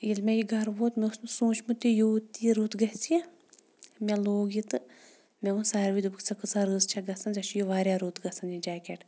ییٚلہِ مےٚ یہِ گَرٕ ووت مےٚ اوس نہٕ سوٗنٛچمُتُے یوٗت یہِ رُت گژھِ یہِ مےٚ لوگ یہِ تہٕ مےٚ ووٚن ساروٕے دوٚپُکھ ژٕ کۭژاہ رٕژ چھَکھ گژھان ژےٚ چھُے یہِ واریاہ رُت گژھان یہِ جیکٮ۪ٹ